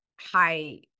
high